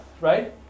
right